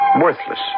Worthless